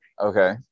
Okay